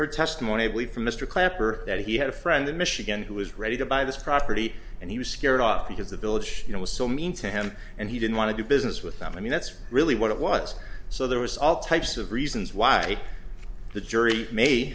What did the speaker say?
heard testimony from mr clapper that he had a friend in michigan who was ready to buy this property and he was scared off because the village you know was so mean to him and he didn't want to do business with them i mean that's really what it was so there was all types of reasons why the jury may